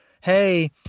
Hey